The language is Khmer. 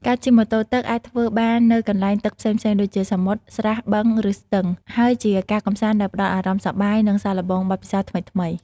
ការជិះម៉ូតូទឹកអាចធ្វើបាននៅកន្លែងទឹកផ្សេងៗដូចជា សមុទ្រ ស្រះ បឹង ឬស្ទឹង ហើយជាការកម្សាន្តដែលផ្តល់អារម្មណ៍សប្បាយ និងសាកល្បងបទពិសោធន៍ថ្មីៗ។